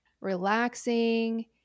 relaxing